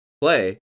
play